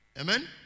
Amen